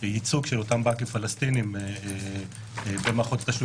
אז יש לנו עוד המון כרטיסים ששימשו את הציבור במהלך השנה,